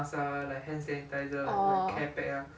oh